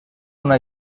una